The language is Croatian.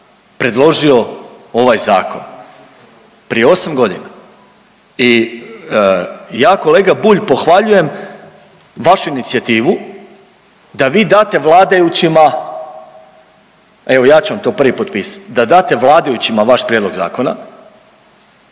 predložio ovaj zakon, prije osam godina i ja kolega Bulj pohvaljujem vašu inicijativu da vi date vladajućima, evo ja ću vam to prvi potpisat da date vladajućima vaš prijedlog zakona